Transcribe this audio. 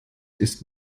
ist